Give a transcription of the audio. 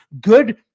good